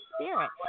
spirit